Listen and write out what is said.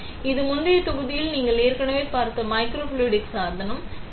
எனவே இது முந்தைய தொகுதியில் நீங்கள் ஏற்கனவே பார்த்த மைக்ரோஃப்ளூய்டிக் சாதனம் சரி